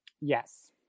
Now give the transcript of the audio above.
Yes